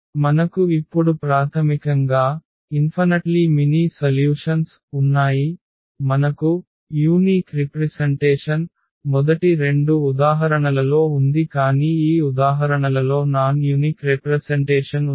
మనకు ఇప్పుడు ప్రాథమికంగా అనంతమైన అనేక పరిష్కారాలు ఉన్నాయి మనకు ప్రత్యేకమైన ప్రాతినిధ్యం మొదటి రెండు ఉదాహరణలలో ఉంది కానీ ఈ ఉదాహరణలలో నాన్ యునిక్ రెప్రసెన్టేషన్ ఉంది